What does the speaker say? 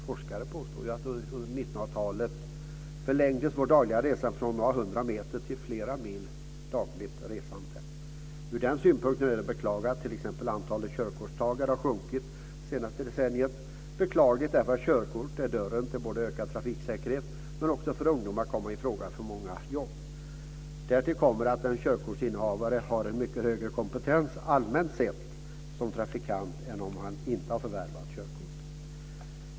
Forskare påstår att vårt dagliga resande under 1900-talet förlängdes från några hundra meter till flera mil. Ur den synpunkten är det att beklaga t.ex. att antalet körkortstagare har sjunkit under det senaste decenniet. Det är beklagligt därför att körkort både är dörren till ökad trafiksäkerhet och ger möjligheter för ungdomar att komma i fråga för många av jobben. Därtill kommer att en körkortsinnehavare har en mycket högre kompetens allmänt sett som trafikant än den som inte har förvärvat körkort.